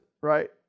right